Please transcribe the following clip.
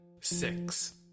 six